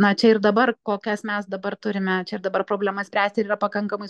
na čia ir dabar kokias mes dabar turime čia ir dabar problemas spręsti yra pakankamai